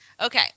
Okay